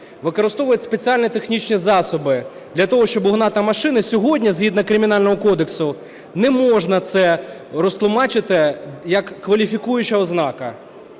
використовують спеціальні технічні засоби для того, щоб уганяти машини, сьогодні, згідно Кримінального кодексу, не можна це розтлумачити як кваліфікуючу ознаку.